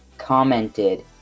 Commented